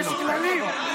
יש כללים.